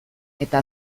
eta